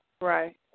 Right